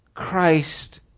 Christ